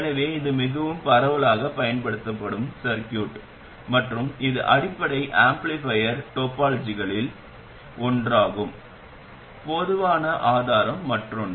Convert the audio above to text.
எனவே இது மிகவும் பரவலாகப் பயன்படுத்தப்படும் சர்கியூட் மற்றும் இது அடிப்படை ஆம்ப்ளிபயர் டோபாலஜிகளில் ஒன்றாகும் பொதுவான ஆதாரம் மற்றொன்று